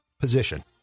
position